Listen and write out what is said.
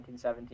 1917